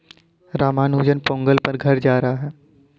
रामानुज पोंगल पर घर जा रहा है